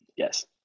Yes